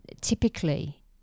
typically